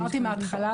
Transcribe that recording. אמרתי בהתחלה,